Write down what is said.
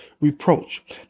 reproach